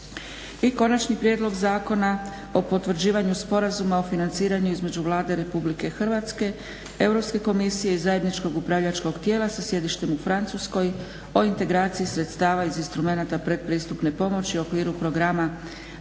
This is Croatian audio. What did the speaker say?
- Konačni prijedlog Zakona o potvrđivanju Sporazuma o financiranju između Vlade Republike Hrvatske, Europske komisije i zajedničkog upravljačkog tijela sa sjedištem u Francuskoj o integraciji sredstava iz instrumenta pretpristupne pomoći u okviru Programa